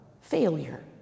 failure